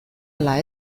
ala